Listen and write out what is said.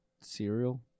cereal